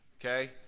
Okay